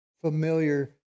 familiar